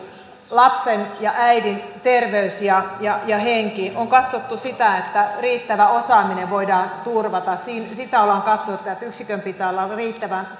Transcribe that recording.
lapsen ja äidin terveys ja ja henki on katsottu sitä että riittävä osaaminen voidaan turvata sitä on katsottu että yksikön pitää olla riittävän